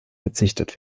verzichtet